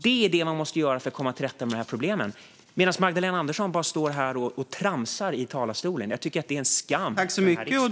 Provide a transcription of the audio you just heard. Det är det som man måste göra för att komma till rätta med detta problem. Men Magdalena Andersson står bara här och tramsar i talarstolen. Jag tycker att det är en skam i denna riksdag.